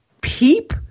peep